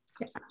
yes